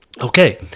Okay